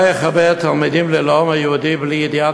מה יחבר תלמידים ללאום היהודי בלי ידיעה